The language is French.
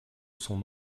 son